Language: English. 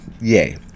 yay